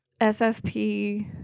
ssp